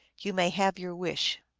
you may have your wish.